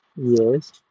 Yes